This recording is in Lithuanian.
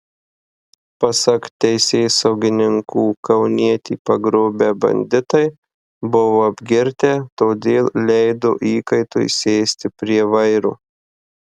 pasak teisėsaugininkų kaunietį pagrobę banditai buvo apgirtę todėl leido įkaitui sėsti prie vairo